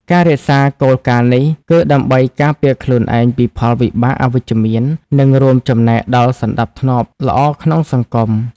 ការរក្សាគោលការណ៍នេះ គឺដើម្បីការពារខ្លួនឯងពីផលវិបាកអវិជ្ជមាន និងរួមចំណែកដល់សណ្តាប់ធ្នាប់ល្អក្នុងសង្គម។